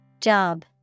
Job